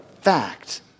fact